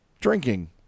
drinking